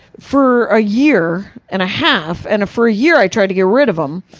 for a year and a half, and for a year, i tried to get rid of him.